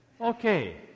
Okay